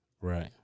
Right